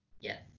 Yes